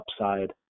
upside